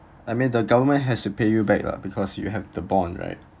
I mean the government has to pay you back lah because you have the bond right